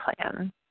plan